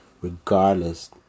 regardless